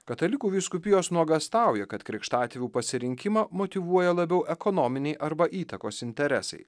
katalikų vyskupijos nuogąstauja kad krikštatėvių pasirinkimą motyvuoja labiau ekonominiai arba įtakos interesai